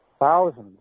Thousands